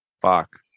fuck